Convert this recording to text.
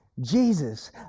Jesus